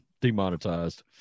demonetized